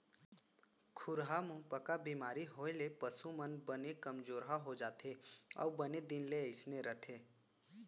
खुरहा मुहंपका बेमारी होए ले पसु मन बने कमजोरहा हो जाथें अउ बने दिन ले अइसने रथें